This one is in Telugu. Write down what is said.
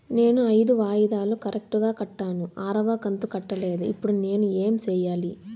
నేను ఐదు వాయిదాలు కరెక్టు గా కట్టాను, ఆరవ కంతు కట్టలేదు, ఇప్పుడు నేను ఏమి సెయ్యాలి?